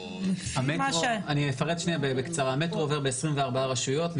אפרט בקצרה: המטרו עובר ב-24 רשויות,